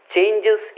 Changes